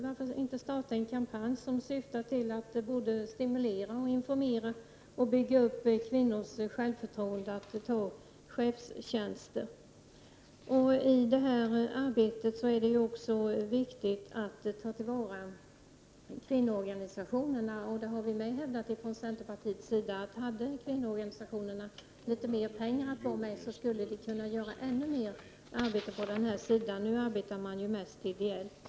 Varför inte starta en kampanj som syftar till att både stimulera och informera och bygga upp kvinnors självförtroende att söka chefstjänster? I detta arbete är det också viktigt att ta till vara kvinnoorganisationerna. Vi i centerpartiet har hävdat att om kvinnoorganisationerna hade litet mer pengar skulle de kunna göra ännu mer arbete på det här området. Nu arbetar man mest ideellt.